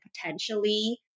potentially